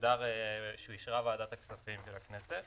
שאישרה ועדת הכספים של הכנסת